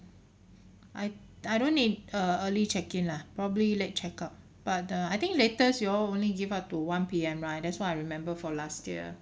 I I don't need a early check in lah probably late check out but err I think latest you all only give up to one P_M right that's what I remember for last year